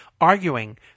arguing